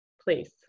please